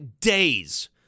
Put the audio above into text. days